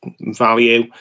value